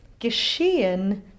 geschehen